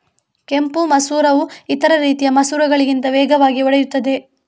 ಕೆಂಪು ಮಸೂರವು ಇತರ ರೀತಿಯ ಮಸೂರಗಳಿಗಿಂತ ವೇಗವಾಗಿ ಒಡೆಯುತ್ತದೆ